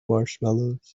marshmallows